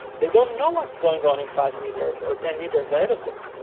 they don't know what's going on in five metres or ten metres ahead of them.